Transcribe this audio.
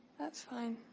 that's fine.